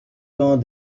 temps